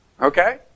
Okay